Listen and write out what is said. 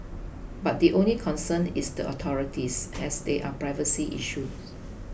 but the only concern is the authorities as there are privacy issues